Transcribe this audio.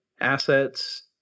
assets